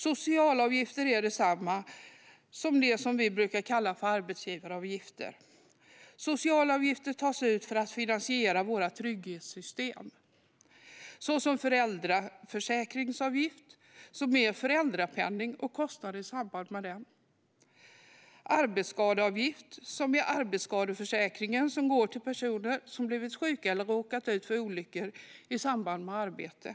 Socialavgifter är samma som det vi brukar kalla arbetsgivaravgifter. Socialavgifter tas ut för att finansiera våra trygghetssystem. Det är föräldraförsäkringsavgift, som är föräldrapenning och kostnader i samband med den. Det är arbetsskadeavgift, som är arbetsskadeförsäkringen som går till personer som blivit sjuka eller råkat ut för olyckor i samband med arbete.